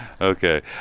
Okay